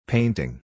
Painting